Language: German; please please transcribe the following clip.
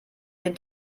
den